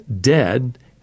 dead